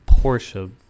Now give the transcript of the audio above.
Porsche